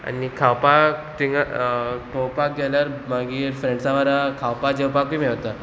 आनी खावपाक थिंगा पोवपाक गेल्यार मागीर फ्रेंड्सां बारां खावपा जेवपाकूय मेवता